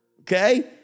Okay